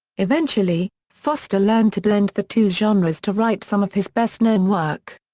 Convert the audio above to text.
eventually, foster learned to blend the two genres to write some of his best-known work.